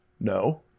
No